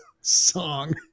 song